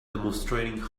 demonstrating